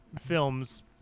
films